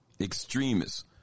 extremists